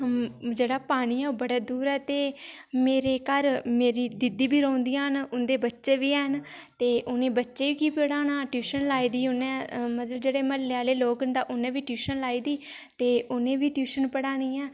अम्म जेह्ड़ा पानी ऐ ते ओह् बड़े दूर ऐ ते मेरे घर मेरी दीदी बी रौंह्दियां न उं'दे बच्चे बी हैन ते उ'नें बच्चें गी बी पढ़ाना ट्यूशन लाई दी ऐ उ'न्नै मतलब जेह्ड़े म्हल्ले आह्ले लोक न तां उ'नें बी ट्यूशन लाई दी ते उ'नेंई बी ट्यूशन पढ़ानी ऐ